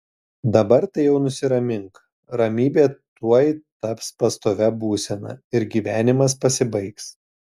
dabar tai jau nusiramink ramybė tuoj taps pastovia būsena ir gyvenimas pasibaigs